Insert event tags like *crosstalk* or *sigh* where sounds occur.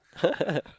*laughs*